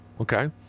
okay